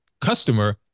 customer